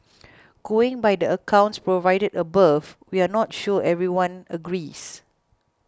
going by the accounts provided above we're not sure everyone agrees